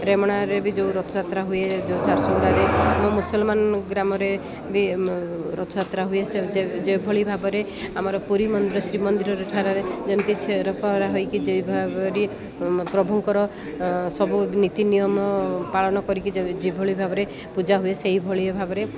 ରେମୁଣାରେ ବି ଯେଉଁ ରଥଯାତ୍ରା ହୁଏ ଯୋଉ ଝାରସୁଗୁଡାରେ ମୋ ମୁସଲମାନ ଗ୍ରାମରେ ବି ରଥଯାତ୍ରା ହୁଏ ସେ ଯେଉଭଳି ଭାବରେ ଆମର ପୁରୀ ଶ୍ରୀମନ୍ଦିରରେ ଠାରେ ଯେମିତି ଛେରା ପହଁରା ହେଇକି ଯେଉଁ ଭାବରେ ପ୍ରଭୁଙ୍କର ସବୁ ନୀତି ନିିୟମ ପାଳନ କରିକି ଯେଭଳି ଭାବରେ ପୂଜା ହୁଏ ସେଇଭଳି ଭାବରେ